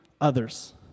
others